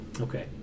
Okay